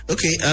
Okay